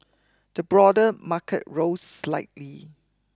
the broader market rose slightly